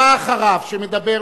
הבא אחריו שמדבר,